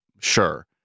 sure